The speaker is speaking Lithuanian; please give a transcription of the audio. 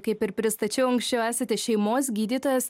kaip ir pristačiau anksčiau esate šeimos gydytojas